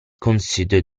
consider